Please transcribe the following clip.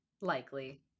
Likely